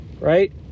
right